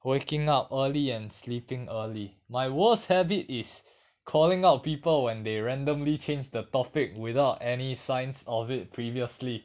waking up early and sleeping early my worst habit is calling out people when they randomly change the topic without any signs of it previously